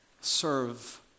serve